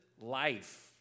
life